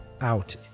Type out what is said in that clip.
out